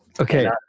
Okay